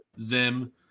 Zim